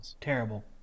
terrible